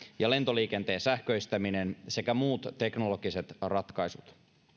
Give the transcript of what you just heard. ja lentoliikenteen sähköistäminen sekä muut teknologiset ratkaisut